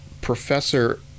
Professor